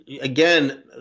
again